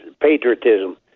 patriotism